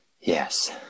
Yes